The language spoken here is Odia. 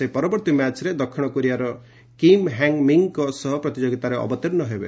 ସେ ପରବର୍ତ୍ତୀ ମ୍ୟାଚ୍ରେ ଦକ୍ଷିଣ କୋରିଆର କିମ୍ ହ୍ୟାଙ୍ଗ୍ମିଙ୍କ ସହ ପ୍ରତିଯୋଗୀତାରେ ଅବତୀର୍ଣ୍ଣ ହେବେ